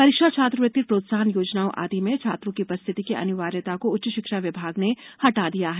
परीक्षा छात्रवृत्ति प्रोत्साहन योजनाओं आदि में छात्रों की उपस्थिति की अनिवार्ययता को उच्च शिक्षा विभाग ने हटा दिया है